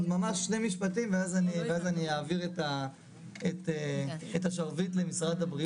עוד ממש שני משפטים ואז אני אעביר את השרביט למשרד הבריאות.